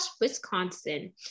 Wisconsin